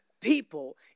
people